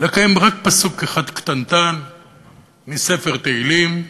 לקיים רק פסוק אחד קטנטן מספר תהילים: